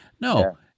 no